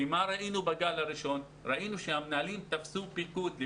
בגל הראשון ראינו שהמנהלים תפסו פיקוד כי